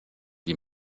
wie